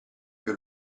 più